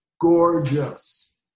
gorgeous